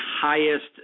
highest